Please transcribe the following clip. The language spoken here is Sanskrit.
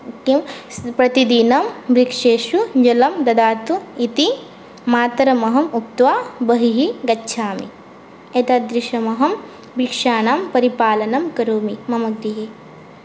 किं प्रतिदिनं वृक्षेषु जलं ददातु इति मातरमहम् उक्त्वा बहिः गच्छामि एतादृशमहं वृक्षानां परिपालनं करोमि मम गृहे